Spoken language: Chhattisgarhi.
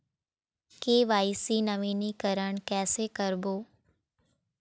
के.वाई.सी नवीनीकरण कैसे करबो?